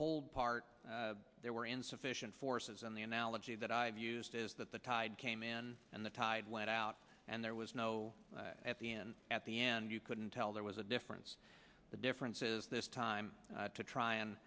whole part there were insufficient forces in the analogy that i've used is that the tide came in and the tide went out and there was no at the end at the end you couldn't tell there was a difference the difference is this time to try and